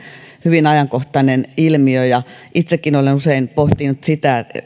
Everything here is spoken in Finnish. hyvin ajankohtainen ilmiö itsekin olen usein pohtinut sitä